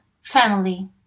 family